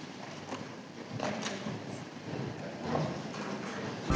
Hvala